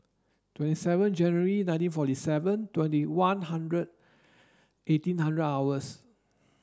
twenty seven January nineteen forty seven twenty one hundred eighteen hundred hours